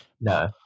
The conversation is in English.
no